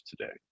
today